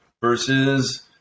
versus